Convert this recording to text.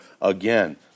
Again